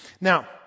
Now